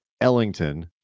Ellington